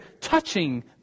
touching